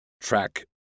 track